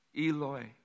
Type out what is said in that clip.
Eloi